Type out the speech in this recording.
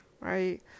right